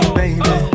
baby